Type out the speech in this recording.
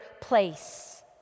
place